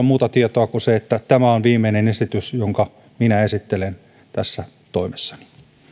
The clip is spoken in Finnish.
muuta tietoa kuin se että tämä on viimeinen esitys jonka minä esittelen tässä toimessani